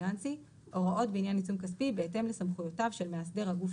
פיננסי" הוראות בעניין עיצום כספי בהתאם לסמכויותיו של מאסדר הגוף